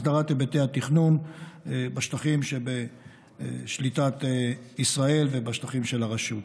הסדרת היבטי התכנון בשטחים שבשליטת ישראל ובשטחים של הרשות.